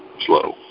slow